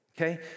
Okay